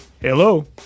Hello